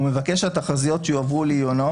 ומבקש שהתחזיות שיועברו לעיונו,